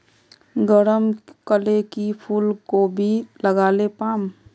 गरम कले की फूलकोबी लगाले पाम?